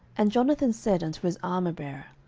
and jonathan said unto his armourbearer,